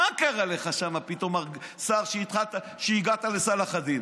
מה קרה לך פתאום, שר, כשהגעת לצלאח א-דין?